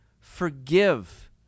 forgive